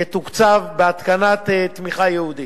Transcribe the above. יתוקצב בתקנת תמיכה ייעודית.